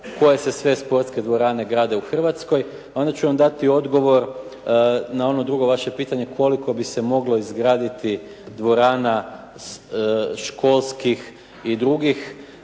koje se sve sportske dvorane grade u Hrvatskoj. Onda ću vam dati odgovor na ono drugo vaše pitanje, koliko bi se moglo izgraditi dvorana školskih i drugih.